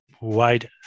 wide